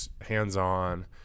hands-on